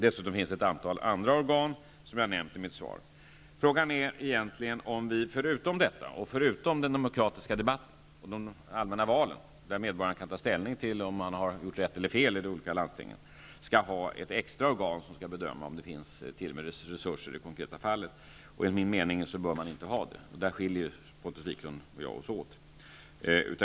Dessutom finns det ett antal andra organ som jag har nämnt i mitt svar. Frågan är egentligen om vi förutom dessa och förutom den demokratiska debatten och de allmänna valen, där medborgarna kan ta ställning till om man har gjort rätt eller fel i de olika landstingen, skall ha ett extra organ som skall bedöma om det finns tillräckligt med resurser i de konkreta fallen. Enligt min mening bör man inte ha det. Där skiljer Pontus Wiklund och jag oss åt.